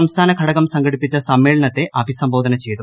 സംസ്ഥാന ഘടകം സംഘടിപ്പിച്ച സമ്മേളനത്തെ അഭിസംബോധന ചെയ്തു